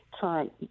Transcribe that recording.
current